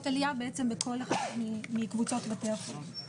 עלייה בכל אחת מקבוצות בתי החולים.